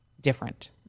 different